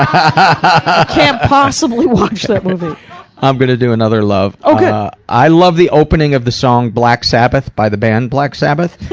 and can't possibly watch that movie paul i'm gonna do another love. ok. i love the opening of the song, black sabbath, by the band black sabbath.